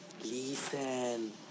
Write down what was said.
Listen